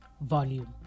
Volume